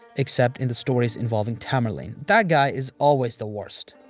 except in the stories involving tamerlane, that guy is always the worst.